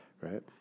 Right